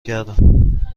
کردم